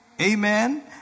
Amen